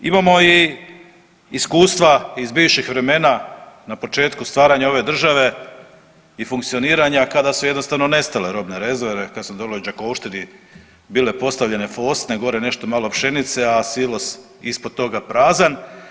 Imamo i iskustva iz bivših vremena na početku stvaranja ove države i funkcioniranja kada su jednostavno nestale robne rezerve, kad su dolje u Đakovštini bile postavljene fosne, gore nešto malo pšenice, a silos ispod toga prazan.